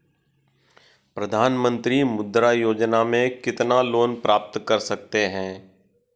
प्रधानमंत्री मुद्रा योजना में कितना लोंन प्राप्त कर सकते हैं?